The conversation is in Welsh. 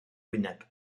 wyneb